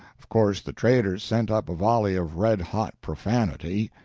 of course the traders sent up a volley of red-hot profanity.